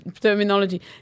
terminology